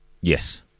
Yes